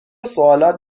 سوالات